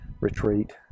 retreat